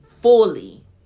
Fully